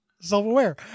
self-aware